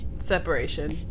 separation